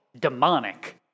demonic